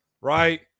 right